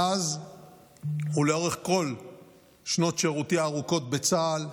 מאז ולאורך כל שנות שירותי הארוכות בצה"ל,